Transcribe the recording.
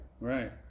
Right